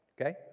okay